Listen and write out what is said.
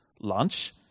lunch